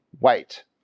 wait